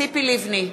ציפי לבני,